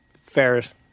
ferret